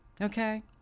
okay